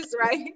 right